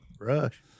Rush